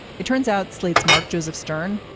it turns out slate's mark joseph stern.